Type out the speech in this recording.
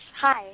hi